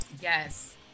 Yes